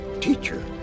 teacher